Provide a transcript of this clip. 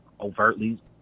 overtly